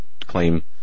claim